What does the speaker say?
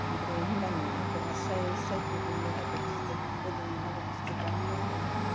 ओमफ्राय होमबाना आगरा स्राय स्राय गोग्लैयो आगर गिदिराबो गोदोना आगर गिदिर दाखायोनालाय